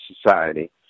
society